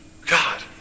God